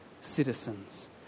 citizens